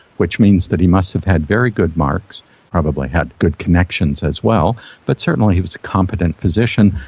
which means that he must have had very good marks probably had good connections as well but certainly he was a competent physician,